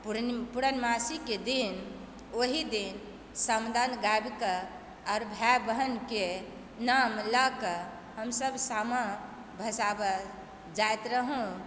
पूरनमासीके दिन ओहि दिन समदाउन गाबिकऽ आओर भाय बहिनके नाम लऽ कऽ हमसभ सामा भसाबऽ जाइत रहहुँ